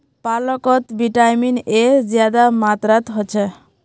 पालकोत vitamin A ज्यादा मात्रात होछे